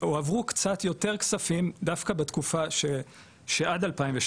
הועברו קצת יותר כספים דווקא בתקופה של עד 2016,